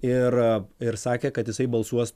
ir ir sakė kad jisai balsuos